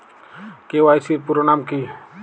KYC এর পুরোনাম কী?